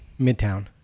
Midtown